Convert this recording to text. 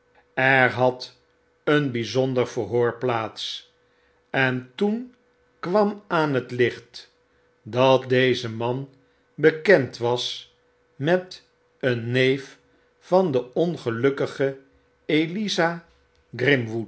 er had een by zonder verhoor plaats en toen kwam aan het licht dat deze manbekendwas met een neef van de ongelukkige eliza